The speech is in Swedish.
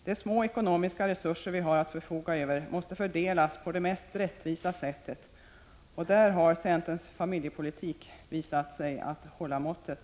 De små ekonomiska resurser vi har att förfoga över måste fördelas på det mest rättvisa sättet, och där har centerns familjepolitik visat sig hålla måttet.